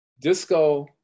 disco